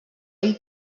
ell